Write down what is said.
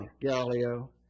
Galileo